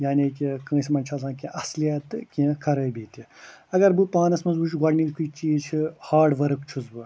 یعنی کہِ کٲنٛسہِ منٛز چھُ آسان کیٚنٛہہ اصلِیت تہٕ کیٚنٛہہ خرٲبی تہِ اگر بہٕ پانس منٛز وٕچھٕ گۄڈنکٕے چیٖز چھِ ہاڈ ؤرک چھُس بہٕ